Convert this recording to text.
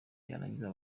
yarangira